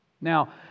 Now